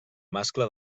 mascle